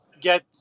get